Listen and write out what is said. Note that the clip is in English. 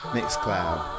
MixCloud